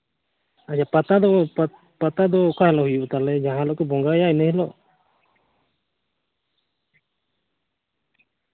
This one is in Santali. ᱟᱪᱪᱷᱟ ᱯᱟᱛᱟ ᱫᱚ ᱯᱟᱛᱟ ᱫᱚ ᱚᱠᱟ ᱦᱤᱞᱳᱜ ᱦᱩᱭᱩᱜᱼᱟ ᱛᱟᱦᱚᱞᱮ ᱡᱟᱦᱟᱸ ᱜᱤᱞᱳᱜ ᱠᱚ ᱵᱚᱸᱜᱟᱭᱟ ᱤᱱᱟᱹ ᱦᱤᱞᱳᱜ